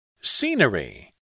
Scenery